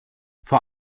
vor